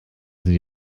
sie